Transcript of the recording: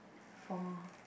for